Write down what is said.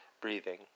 breathing